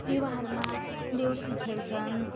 तिहारमा देउसी खेल्छन्